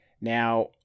Now